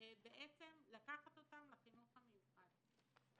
בעצם לקחת אותם לחינוך המיוחד.